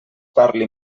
parli